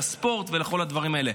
לספורט ולכל הדברים האלה.